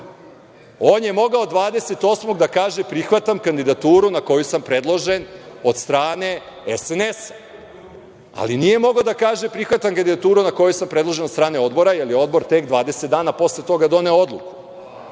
On je mogao 28. da kaže prihvatam kandidaturu na koju sam predložen od strane SNS-a, ali nije mogao da kaže prihvatam kandidatu na koju sam predložen od strane odbora, jer je odbor tek 20 dana posle toga doneo odluku.